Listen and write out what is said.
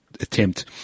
attempt